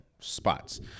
Spots